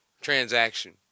transaction